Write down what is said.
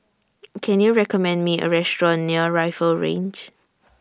Can YOU recommend Me A Restaurant near Rifle Range